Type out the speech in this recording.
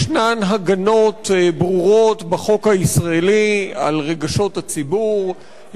יש הגנות ברורות בחוק הישראלי על רגשות הציבור,